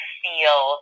feel